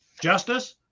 Justice